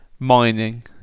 Mining